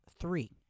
three